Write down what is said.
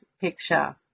picture